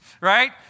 right